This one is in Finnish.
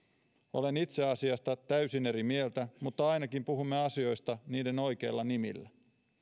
olen itse asiasta täysin eri mieltä mutta ainakin puhumme asioista niiden oikeilla nimillä